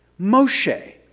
Moshe